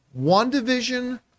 WandaVision